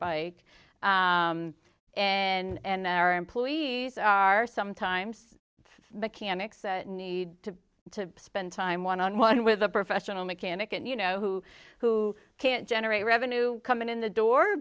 bike and their employees are sometimes mechanics that need to to spend time one on one with a professional mechanic and you know who who can't generate revenue coming in the door